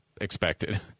expected